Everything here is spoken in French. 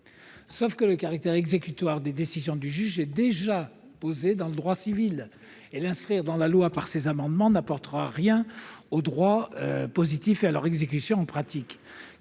Sauf que le caractère exécutoire des décisions du juge est déjà posé dans le droit civil. L'inscrire, par ces amendements, dans la loi n'apportera rien au droit positif ni à leur exécution en pratique,